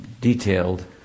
detailed